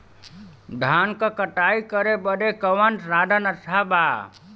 धान क कटाई करे बदे कवन साधन अच्छा बा?